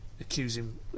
accusing